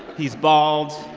he's bald